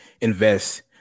Invest